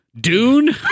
Dune